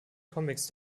comics